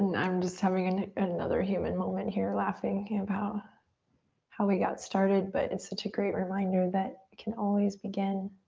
and i'm just having and and another human moment here laughing thinking about how we got started but it's just a great reminder that you can always begin,